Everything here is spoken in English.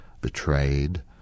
betrayed